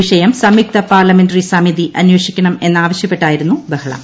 വിഷയം സംയുക്ത പാർലമെന്ററി സമിതി അന്വേഷിക്കണമെന്നാവശ്യപ്പെട്ടായിരുന്നു ബഹളം